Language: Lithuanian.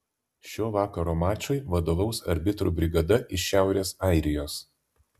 šio vakaro mačui vadovaus arbitrų brigada iš šiaurės airijos